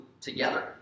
together